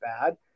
bad